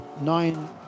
nine